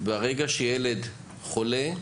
ברגע שילד חולה,